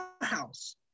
house